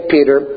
Peter